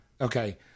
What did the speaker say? Okay